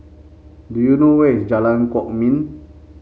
do you know where is Jalan Kwok Min